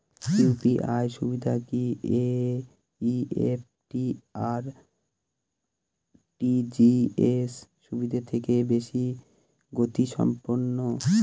UPI সুবিধা কি NEFT আর আর.টি.জি.এস সুবিধা থেকে বেশি গতিসম্পন্ন?